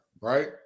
Right